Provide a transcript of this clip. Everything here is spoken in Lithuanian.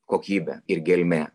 kokybė ir gelmė